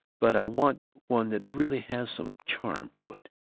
but i want one that really has some charm to it,